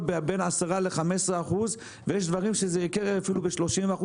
בין 15%-10% ויש דברים שזה ייקר ב-35%-30%.